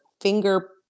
finger